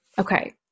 Okay